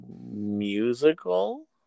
musical